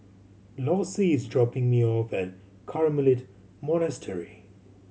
Lossie is dropping me off at Carmelite Monastery